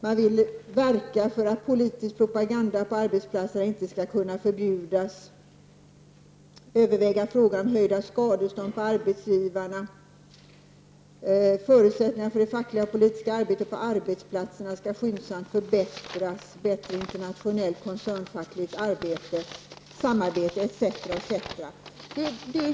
Man vill vidare verka för att politisk propaganda på arbetsplatserna inte skall kunna förbjudas, överväga frågan om höjda skadestånd för arbetsgivarna, förutsättningarna för det fackliga och politiska arbetet på arbetsplatserna skall skyndsamt förbättras, man efterlyser bättre internationellt koncernfackligt arbete etc.